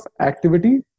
activity